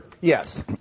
Yes